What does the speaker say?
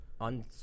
on